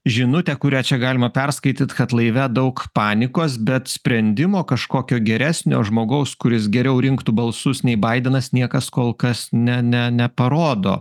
žinutė kurią čia galima perskaityt kad laive daug panikos bet sprendimo kažkokio geresnio žmogaus kuris geriau rinktų balsus nei baidenas niekas kol kas ne ne neparodo